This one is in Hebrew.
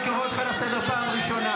אני קורא אותך לסדר פעם שנייה.